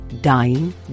dying